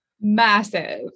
Massive